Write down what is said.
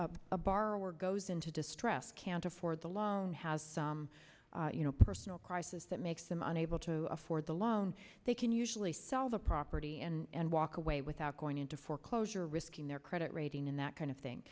win a borrower goes into distress can't afford the loan has some you know personal crisis that makes them unable to afford the loan they can usually sell the property and walk away without going into foreclosure or risking their credit rating in that kind of thing